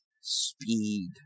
speed